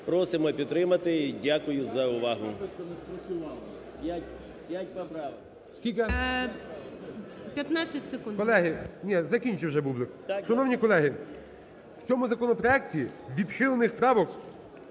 Просимо підтримати і дякую за увагу.